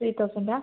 three തൗസൻഡാ